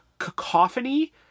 cacophony